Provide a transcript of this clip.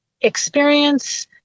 experience